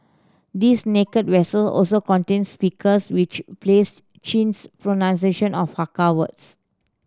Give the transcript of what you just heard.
these naked vessel also contain speakers which plays Chin's pronunciation of Hakka words